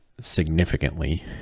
significantly